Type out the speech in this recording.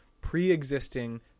pre-existing